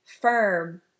firm